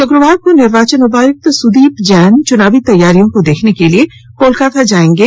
शुक्रवार को निर्वाचन उपायुक्त सुदीप जैन चुनावी तैयारियों को देखने के लिए कोलकाता जाएंगे